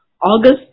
August